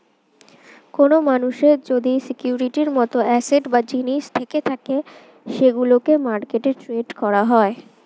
কোন মানুষের যদি সিকিউরিটির মত অ্যাসেট বা জিনিস থেকে থাকে সেগুলোকে মার্কেটে ট্রেড করা হয়